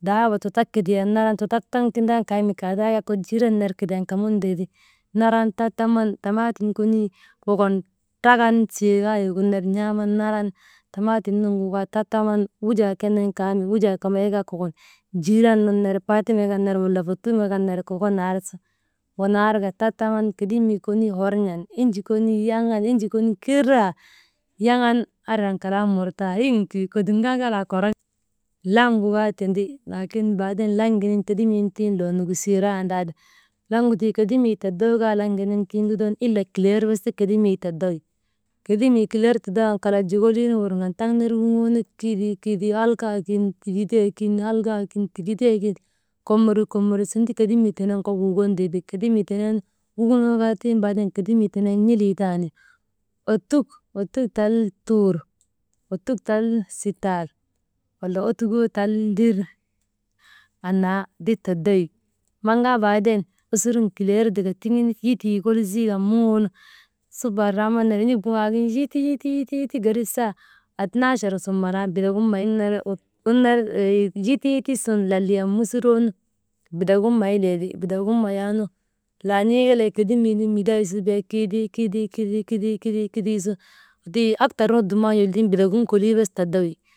Dahaaba tutak kidiyan naran, tutak taŋ tindaanu kaami kaa taa kaa kok jiiran nun ner kidiyan kamun teeti, naran tataman tatamaatiŋ konii kokon traan siyeegaaye gin ner n̰aaman naran tamaaatim nun gu kaa tattaman wujaa kenen kaami, wujaa kambay nu kaa jiiran nun ner, Fatime kan ner, wala fatuma kan ner kokon si wanar ka tattamana kedemii koni hor n̰an enjii konii yaŋan enjii koni kiraa yaŋan ariyan kalaanu murtaahin kodun kaa ŋalaa koroŋte, Langu kaa tindi laakin tiŋ lan giniŋ kedimiinu tiŋ lan giniŋ kedimii nu looo nukuseerandaati, langu tii kedimi todow kaa langiniŋ luton ila kiler bes ti kedimii todowi, kedimii kiler todow waŋgu kalak jokolin wurŋan, taŋ ner wuŋoo kidi, kidi alka kin, tigidey kin alka kin wigide kin, komori, komori sun ti kedimii tenee nu kok wukon tee ti, kidimii tenen wukunoo kaa kedimii tenen tiŋ baaden n̰elii tan ottuk, ottuk tal tur, ottuk tal sital wala ottuk tal mbir annaa ti todowi. Maŋ kaa baaden osurun kiler tika tiŋin yitii kolii kan muŋoonu, subu araaman en̰ik boŋok waagin yiti, yiti yiti gerip saak atanaachar sun musuroonu «hesitation» bitagin may tee ti, bitagin mayaanu laan̰ii kelee kedimii ti midayte su be kidii, kidii kidii su tii aktar nu dumnan bitagin kolii ti tidowi.